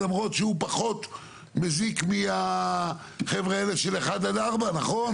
למרות שהוא פחות מזיק מהחבר'ה האלה של 1 עד 4. נכון?